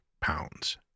pounds